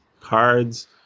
cards